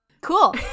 Cool